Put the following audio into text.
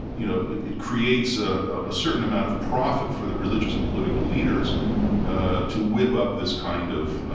you know, it creates a ah certain amount of profit for the religious and political leaders to whip up this kind of,